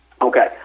Okay